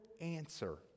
answer